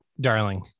darling